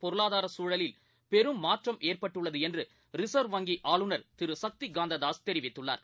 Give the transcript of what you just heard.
பொருளாதாரசூழலில் பெரும்மாற்றம் ஏற்பட்டுள்ளதுஎன்று ரிசர்வ் வங்கிஆளுநர் திருசக்திகாந்ததாஸ் தெரிவித்துள்ளார்